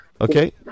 Okay